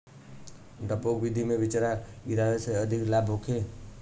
डेपोक विधि से बिचरा गिरावे से अधिक लाभ होखे?